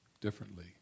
differently